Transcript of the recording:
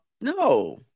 No